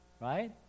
right